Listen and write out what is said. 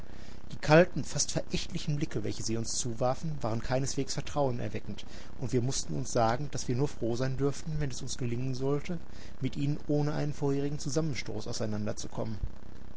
die kalten fast verächtlichen blicke welche sie uns zuwarfen waren keineswegs vertrauenerweckend und wir mußten uns sagen daß wir nur froh sein dürften wenn es uns gelingen sollte mit ihnen ohne einen vorherigen zusammenstoß auseinander zu kommen